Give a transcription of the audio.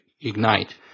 ignite